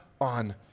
on